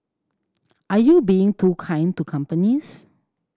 are you being too kind to companies